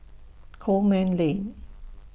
Coleman Lane